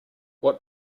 what